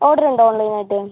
ഓർഡറുണ്ടോ ഓൺലൈനായിട്ട്